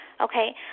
okay